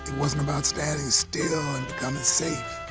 wasn't about standing still or coming safe.